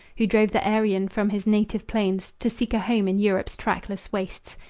who drove the aryan from his native plains to seek a home in europe's trackless wastes.